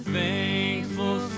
thankful